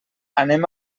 anem